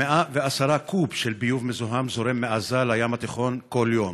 כ-110,000 קוב של ביוב מזוהם זורם מעזה לים התיכון בכל יום,